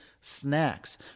snacks